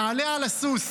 תעלה על הסוס.